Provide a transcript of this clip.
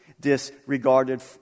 disregarded